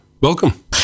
welcome